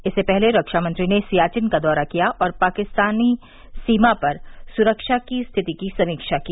इससे पहले रक्षा मंत्री ने सियाचिन का दौरा किया और पाकिस्तान सीमा पर सुरक्षा की स्थिति की समीक्षा की